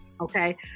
okay